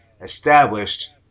established